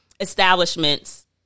establishments